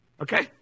Okay